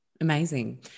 Amazing